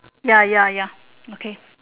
ya ya ya okay